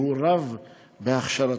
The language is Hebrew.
שהוא רב בהכשרתו.